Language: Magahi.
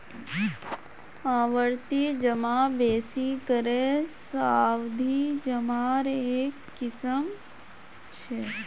आवर्ती जमा बेसि करे सावधि जमार एक किस्म छ